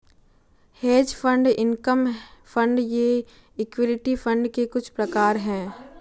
hedge fund income fund ये equity fund के कुछ प्रकार हैं